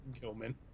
Gilman